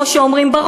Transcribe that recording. כמו שאומרים,